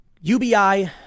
UBI